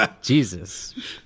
Jesus